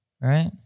right